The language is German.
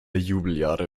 jubeljahre